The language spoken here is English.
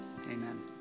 Amen